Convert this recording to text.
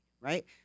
right